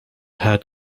had